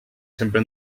sempre